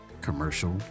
commercial